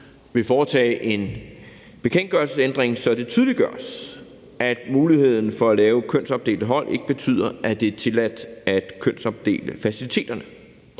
vil foretage en bekendtgørelsesændring, så det tydeliggøres, at muligheden for at lave kønsopdelte hold ikke betyder, at det er tilladt at kønsopdele faciliteterne.